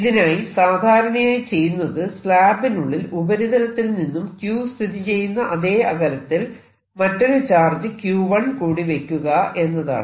ഇതിനായി സാധാരണയായി ചെയ്യുന്നത് സ്ലാബിനുള്ളിൽ ഉപരിതലത്തിൽ നിന്നും q സ്ഥിതി ചെയ്യുന്ന അതേ അകലത്തിൽ മറ്റൊരു ചാർജ് q1 കൂടി വെക്കുക എന്നതാണ്